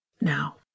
Now